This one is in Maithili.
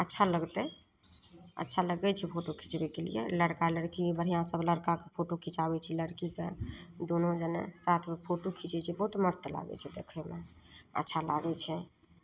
अच्छा लगतै अच्छा लगै छै फोटो खिचबैके लिए लड़का लड़की बढ़िआँसे लड़काके फोटो खिचाबै छै लड़कीके दोनो जने साथमे फोटो खिचै छै बहुत मस्त लागै छै देखैमे अच्छा लागै छै